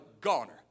goner